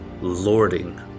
lording